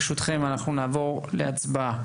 ברשותכם, אנחנו נעבור להצבעה.